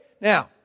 Now